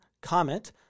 Comment